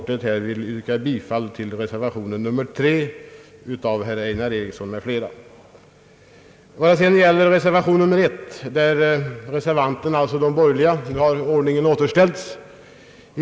Jag vill därför i korthet yrka bifall till reservation 3 av herr Einar Eriksson in, fl. Sedan kommer jag till reservation 1, där de borgerliga är reservanter och ordningen alltså är återställd.